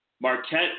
Marquette